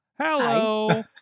Hello